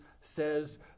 says